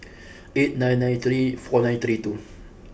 eight nine nine three four nine three two